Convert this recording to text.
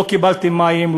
לא קיבלתם מים,